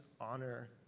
honor